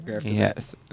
Yes